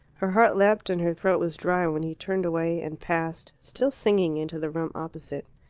her heart leapt and her throat was dry when he turned away and passed, still singing, into the room opposite.